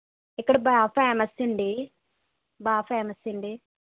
ఇక్కడ బాగా ఫ్యామస్ అండి బాగా ఫ్యామస్ అండి